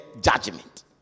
judgment